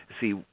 See